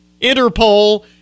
interpol